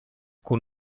con